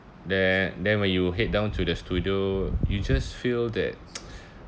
then then when you head down to the studio you just feel that